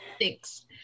Thanks